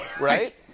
right